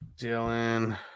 Dylan